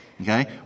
Okay